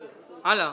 הלאה,